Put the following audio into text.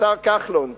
השר כחלון.